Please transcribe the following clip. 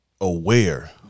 aware